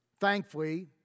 Thankfully